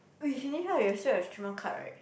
oh you finish up your shirt is three more cut right